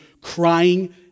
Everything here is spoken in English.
crying